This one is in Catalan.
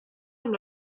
amb